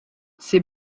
ses